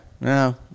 No